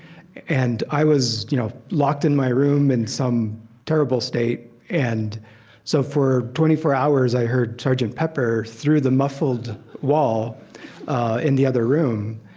and i was, you know, locked in my room in some terrible state, and so for twenty four hours i heard sgt. and pepper through the muffled wall in the other room.